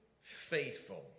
faithful